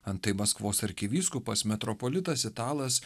antai maskvos arkivyskupas metropolitas italas